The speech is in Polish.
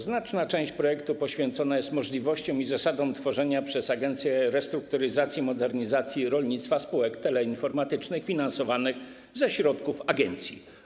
Znaczna część projektu poświęcona jest możliwościom i zasadom tworzenia przez Agencję Restrukturyzacji i Modernizacji Rolnictwa spółek teleinformatycznych finansowanych ze środków agencji.